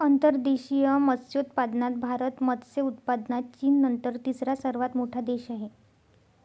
अंतर्देशीय मत्स्योत्पादनात भारत मत्स्य उत्पादनात चीननंतर तिसरा सर्वात मोठा देश आहे